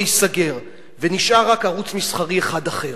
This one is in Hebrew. ייסגר ונשאר רק ערוץ מסחרי אחד אחר,